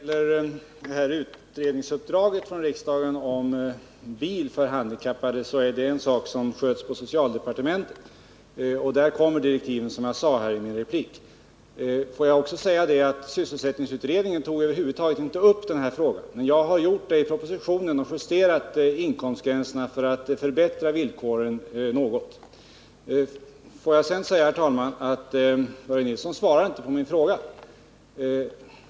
Herr talman! Utredningsuppdraget från riksdagen om bil för handikappade är en sak som sköts på socialdepartementet, och — som jag sade i min replik — utredningsdirektiven är färdiga. Sysselsättningsutredningen tog över huvud taget inte upp den här frågan, men jag har gjort det i propositionen och justerat inkomstgränserna för att förbättra villkoren något. Börje Nilsson svarade inte på min fråga.